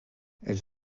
elles